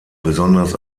besonders